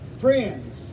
Friends